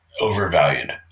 Overvalued